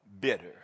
bitter